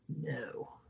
no